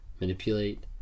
manipulate